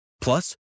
Plus